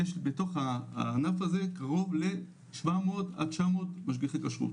יש בתוך הענף הזה קרוב ל-700-900 משגיחי כשרות.